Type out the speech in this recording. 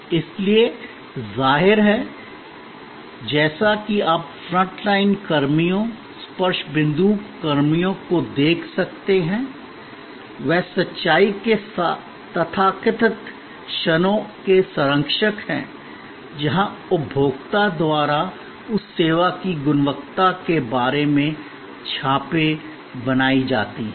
इसलिए जाहिर है जैसा कि आप फ्रंट लाइन कर्मियों स्पर्श बिंदु कर्मियों को देख सकते हैं वे सच्चाई के तथाकथित क्षणों के संरक्षक हैं जहां उपभोक्ता द्वारा उस सेवा की गुणवत्ता के बारे में छापें बनाई जाती हैं